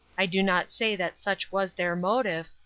i do not say that such was their motive,